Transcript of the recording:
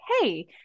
hey